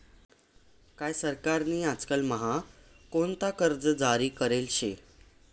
काय सरकार नी आजकाल म्हा कोणता कर्ज जारी करेल शे